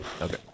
Okay